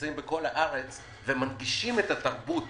שנמצאים בכל הארץ ומנגישים את התרבות